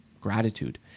gratitude